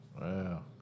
Wow